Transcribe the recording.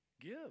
Give